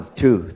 two